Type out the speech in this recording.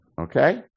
Okay